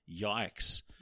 yikes